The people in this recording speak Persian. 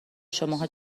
شماها